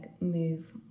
move